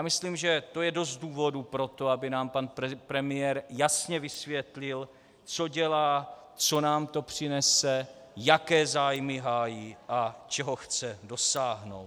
Myslím, že to je dost důvodů pro to, aby nám pan premiér jasně vysvětlil, co dělá, co nám to přinese, jaké zájmy hájí a čeho chce dosáhnout.